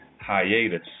hiatus